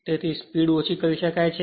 તેથી તે રીતે સ્પીડ ઓછી કરી શકાય છે